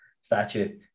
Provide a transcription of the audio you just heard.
statue